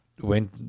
went